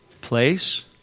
place